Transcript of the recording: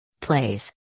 Plays